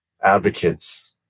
advocates